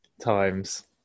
times